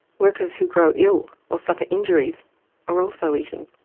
workers who grow ill or suffer injuries are also eaten.